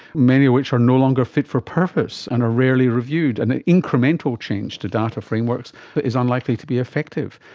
many of which are no longer fit for purpose and are rarely reviewed. and incremental change to data frameworks is unlikely to be effective.